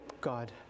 God